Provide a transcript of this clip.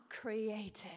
created